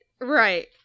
right